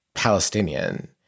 Palestinian